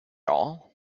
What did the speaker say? all